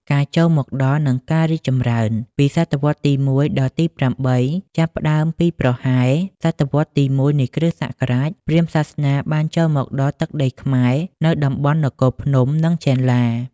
ការចូលមកដល់ និងការរីកចម្រើន ពីសតវត្សរ៍ទី ១ ដល់ទី ៨ ចាប់ផ្ដើមពីប្រហែលសតវត្សរ៍ទី ១ នៃគ.ស. ព្រាហ្មណ៍សាសនាបានចូលមកដល់ទឹកដីខ្មែរ នៅតំបន់នគរភ្នំ និងចេនឡា។